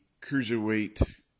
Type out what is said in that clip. Cruiserweight